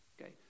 Okay